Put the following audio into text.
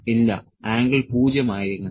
ഇല്ല ആംഗിൾ 0 ആയിരിക്കണം